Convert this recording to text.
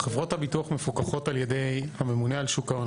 חברות הביטוח מפוקחות על ידי הממונה על שוק ההון.